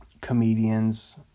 comedians